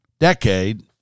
decade